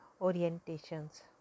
orientations